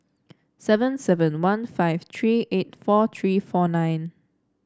seven seven one five three eight four three four nine